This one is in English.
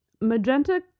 Magenta